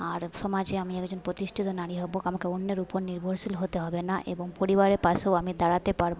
আর সমাজে আমি একজন প্রতিষ্ঠিত নারী হব আমাকে অন্যের উপর নির্ভরশীল হতে হবে না এবং পরিবারের পাশেও আমি দাঁড়াতে পারব